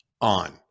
on